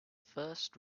first